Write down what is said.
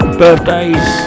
birthdays